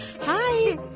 Hi